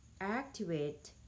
activate